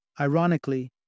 Ironically